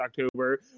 October